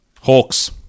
Hawks